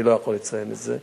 אני לא יכול לציין את זה.